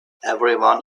everyone